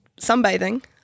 sunbathing